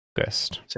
August